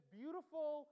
beautiful